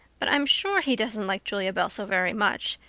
but i'm sure he doesn't like julia bell so very much.